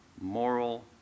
Moral